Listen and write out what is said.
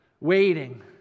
Waiting